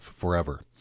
forever